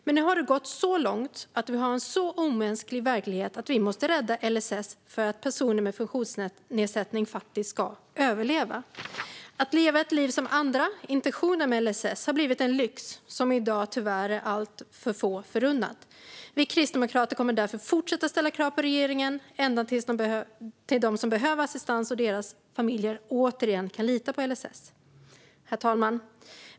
Men nu har det gått så långt att vi har en så omänsklig verklighet att vi måste rädda LSS för att personer med funktionsnedsättning faktiskt ska överleva. Att leva ett liv som andra - det som var intentionen med LSS - har blivit en lyx som i dag tyvärr är alltför få förunnad. Vi kristdemokrater kommer därför att fortsätta ställa krav på regeringen ända tills de som behöver assistans och deras familjer återigen kan lita på LSS. Herr talman!